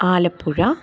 Alappuzha